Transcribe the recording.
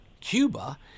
Cuba